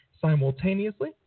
simultaneously